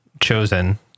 chosen